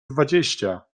dwadzieścia